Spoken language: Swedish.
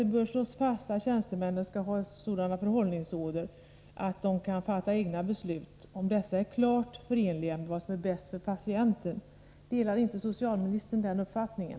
Det bör slås fast att tjänstemännen inte skall ha sådana förhållningsorder att de inte kan fatta egna beslut om dessa är klart förenliga med vad som är bäst för patienten. Delar inte socialministern den uppfattningen?